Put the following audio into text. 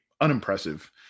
unimpressive